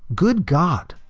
good god,